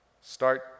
start